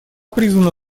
призвана